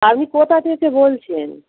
আপনি কোথা থেকে বলছেন